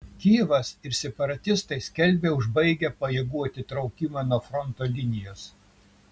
kijevas ir separatistai skelbia užbaigę pajėgų atitraukimą nuo fronto linijos